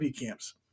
camps